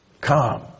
Come